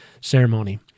ceremony